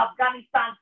Afghanistan